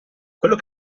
quello